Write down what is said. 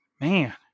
man